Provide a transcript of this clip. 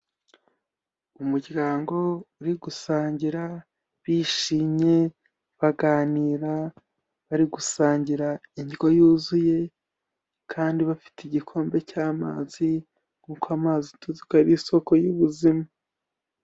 Umuryango uri gusangira bishimye, baganira bari gusangira indyo yuzuye kandi bafite igikombe cy'amazi, kuko amazi tuzi ko ari isoko y'ubuzima.